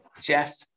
Jeff